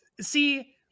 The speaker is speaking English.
See